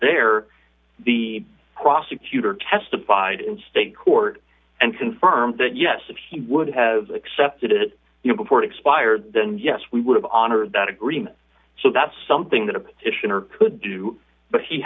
there the prosecutor testified in d state court and confirmed that yes if he would have accepted it you know before it expired then yes we would have honored that agreement so that's something that a petitioner could do but he